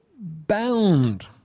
Bound